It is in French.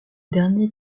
derniers